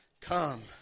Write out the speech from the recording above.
come